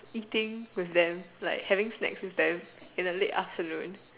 eating with them like having snacks with them in the late afternoon